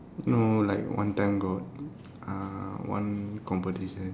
no like one time got ah one competition